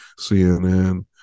CNN